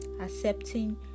accepting